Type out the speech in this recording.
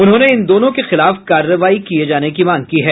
उन्होंने इन दोनों के खिलाफ कारवाई किये जाने की मांग की है